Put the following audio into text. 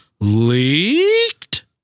leaked